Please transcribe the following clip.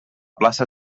plaça